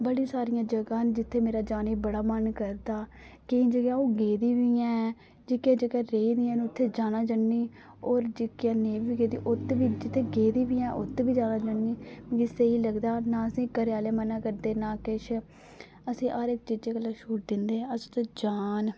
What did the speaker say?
बड़ी सारियां जगहां न जित्थै मेरा जाने दा बड़ा मन करदा केइयें जगहां अऊं गेदी बी आं जेहकी जगह रेहदियां ना उत्थै जाना चाहन्नीं आं और जेहकी नेईं बी गेदी उत्थै बी जाना चाहन्नी आं मिं स्हेई लगदा ना आसेगी घरे आहले मना नेई करदे ना किश आसेगी आक्खदे ना आसेगी हर इक गल्ला कोला छूट दिंदे ना अस उत्थे जां